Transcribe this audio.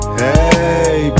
hey